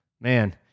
man